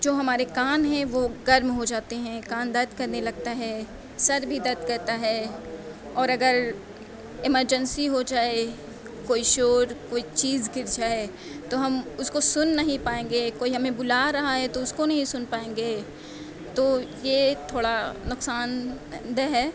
جو ہمارے کان ہیں وہ گرم ہو جاتے ہیں کان درد کرنے لگتا ہے سر بھی درد کرتا ہے اور اگر ایمرجنسی ہو جائے کوئی شور کوئی چیز گِر جائے تو ہم اُس کو سُن نہیں پائیں گے کوئی ہمیں بُلا رہا ہے تو اُس کو نہیں سُن پائیں گے تو یہ تھوڑا نقصان دہ ہے